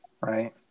right